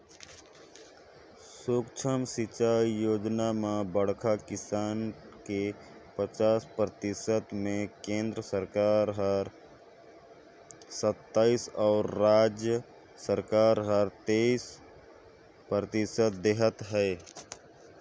सुक्ष्म सिंचई योजना म बड़खा किसान के पचास परतिसत मे केन्द्र सरकार हर सत्तइस अउ राज सरकार हर तेइस परतिसत देहत है